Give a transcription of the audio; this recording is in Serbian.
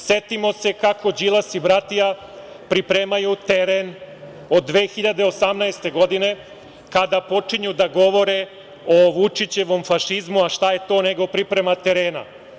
Setimo se kako Đilas i Bratija pripremaju teren od 2018. godine, kada počinju da govore o Vučićevom fašizmu, a šta je to nego priprema terena.